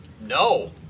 No